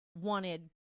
wanted